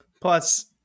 plus